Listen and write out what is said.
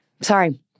Sorry